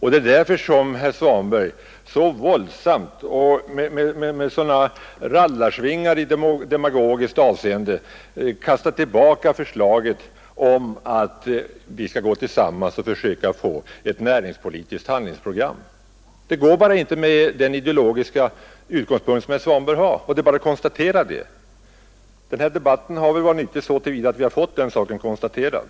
Det är därför som herr Svanberg med så våldsamma demagogiska rallarsvingar kastar tillbaka förslaget om att vi skall gå tillsammans och försöka skapa ett näringspolitiskt handlingsprogram. Det går inte med den ideologiska utgångspunkt som herr Svanberg har, och det är bara att konstatera det. Den här debatten har väl varit nyttig så till vida som vi har fått den saken klar för oss.